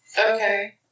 Okay